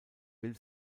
will